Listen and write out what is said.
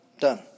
Done